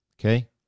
Okay